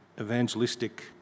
evangelistic